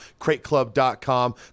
crateclub.com